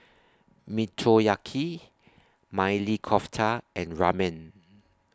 Motoyaki Maili Kofta and Ramen